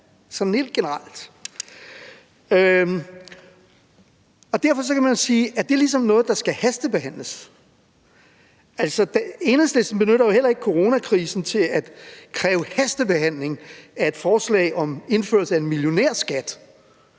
Derfor kan man spørge, om det ligesom er noget, der skal hastebehandles. Enhedslisten benytter jo heller ikke coronakrisen til at kræve hastebehandling af et forslag om indførelse af en millionærskat